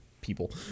people